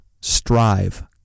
Strive